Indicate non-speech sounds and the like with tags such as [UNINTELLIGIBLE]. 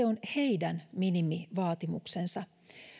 [UNINTELLIGIBLE] on heidän minimivaatimuksensa